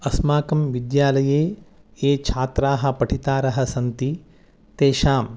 अस्माकं विद्यालये ये छात्राः पठितारः सन्ति तेषां